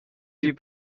you